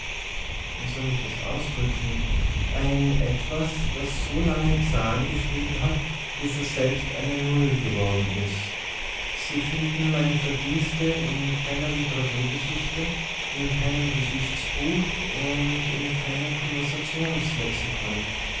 wie soll ich das ausdrücken ein etwas das so lange zahlen geschrieben hat bis es selbst ein null geworden is sie finden meine verdienste in keiner literaturgeschichte in keinem geschichtsbuch und in keinem